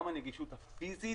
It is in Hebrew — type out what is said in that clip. גם הנגישות הפיזית